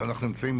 אנחנו נמצאים